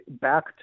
back